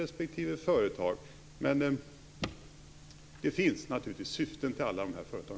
Men självfallet finns det syften med alla dessa företag.